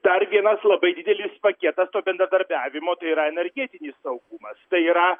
dar vienas labai didelis paketas to bendradarbiavimo tai yra energetinis saugumas tai yra